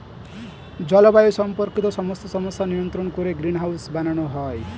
জলবায়ু সম্পর্কিত সমস্ত সমস্যা নিয়ন্ত্রণ করে গ্রিনহাউস বানানো হয়